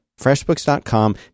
FreshBooks.com